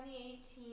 2018